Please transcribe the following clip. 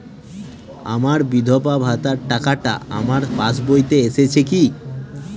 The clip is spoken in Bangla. আমার বিধবা ভাতার টাকাটা আমার পাসবইতে এসেছে কি?